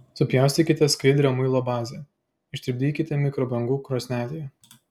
supjaustykite skaidrią muilo bazę ištirpdykite mikrobangų krosnelėje